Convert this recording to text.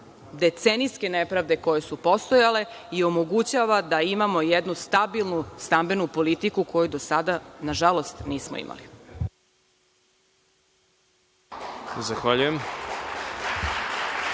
decenijske nepravde koje su postojale i omogućava da imamo jednu stabilnu stambenu politiku koju do sada, nažalost, nismo imali.